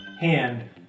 hand